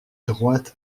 droite